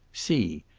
see!